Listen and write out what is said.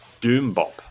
Doombop